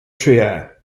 trier